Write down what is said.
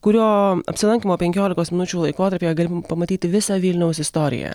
kurio apsilankymo penkiolikos minučių laikotarpyje gali pamatyti visą vilniaus istoriją